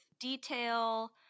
detail